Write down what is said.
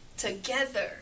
together